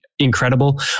Incredible